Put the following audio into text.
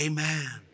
AMEN